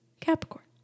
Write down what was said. Capricorn